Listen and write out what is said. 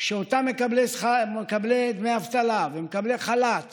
שאותם מקבלי דמי אבטלה ומקבלי חל"ת